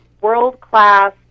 world-class